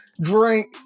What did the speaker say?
drink